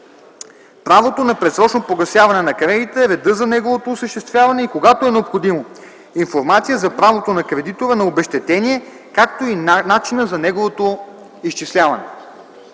правото на предсрочно погасяване на кредита, реда за неговото осъществяване и, когато е необходимо, информация за правото на кредитора на обезщетение, както и начина за неговото изчисляване;